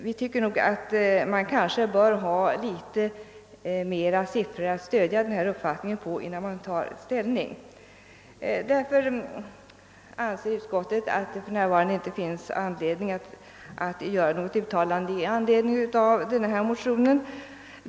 Motionärerna bör nog ha litet flera siffror att stödja sin uppfattning på innan vi tar ställning. Därför anser utskottet att det för närvarande inte finns fog att göra något uttalande i anledning av denna motion.